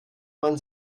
man